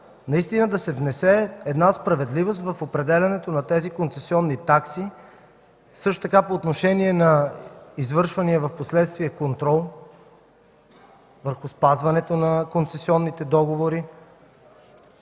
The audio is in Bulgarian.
наистина да се внесе една справедливост в определянето на тези концесионни такси, също така по отношение на извършвания впоследствие контрол върху спазването на концесионните договори.